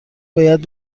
باید